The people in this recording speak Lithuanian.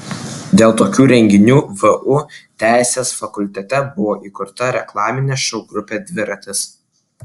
dėl tokių renginių vu teisės fakultete buvo įkurta reklaminė šou grupė dviratis